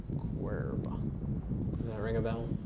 querb. ah does that ring a bell?